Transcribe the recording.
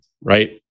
right